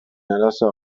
arazoa